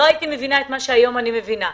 לא הייתי מבינה את מה שהיום אני מבינה.